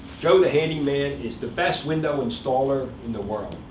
joe the handyman is the best window installer in the world.